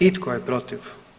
I tko je protiv?